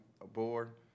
aboard